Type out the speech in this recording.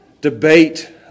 debate